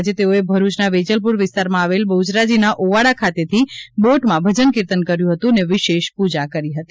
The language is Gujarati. આજે તેઓએ ભરૂચના વેજલપુર વિસ્તારમાં આવેલ બહુચરાજીના ઓવાડા ખાતેથી બોટમાં ભજન કીતર્ન કર્યું હતું અને વિશેષ પુજા કરી હતી